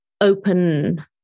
open